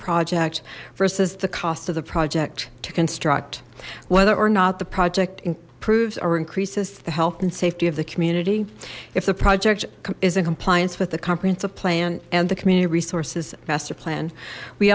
project versus the cost of the project to construct whether or not the project improves or increases the health and safety of the community if the project is in compliance with the comprehensive plan and the community resources master plan we